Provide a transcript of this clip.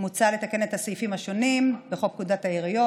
מוצע לתקן את הסעיפים השונים בחוק פקודת העיריות,